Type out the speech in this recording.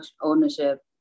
ownership